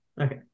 Okay